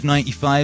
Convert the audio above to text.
95